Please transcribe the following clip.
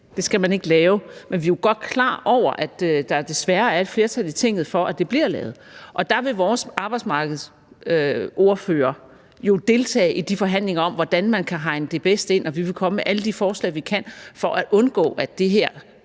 det skal man ikke lave. Men vi er jo godt klar over, at der desværre er et flertal i Tinget for, at den bliver lavet. Vores arbejdsmarkedsordfører vil jo deltage i de forhandlinger om, hvordan man bedst kan hegne det ind, og vi vil komme med alle de forslag, vi kan, for at undgå, at det her,